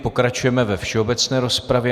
Pokračujeme ve všeobecné rozpravě.